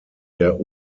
der